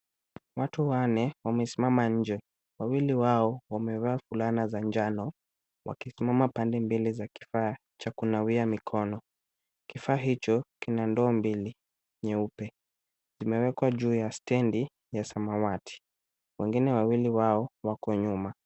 Watu wanne wamesimama nje. Wawili wao wamevaa fulana za njano wakisimama pande mbili za kifaa cha kunawia mikono. Kifaa hicho kina ndoo mbili nyeupe. Kimewekwa juu ya stendi ya samawati. Wengine wawili wao wako nyuma.